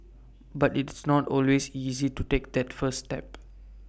but it's not always easy to take that first step